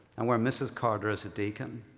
and where mrs. carter is a deacon.